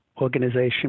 organization